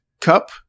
Cup